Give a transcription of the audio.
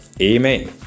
Amen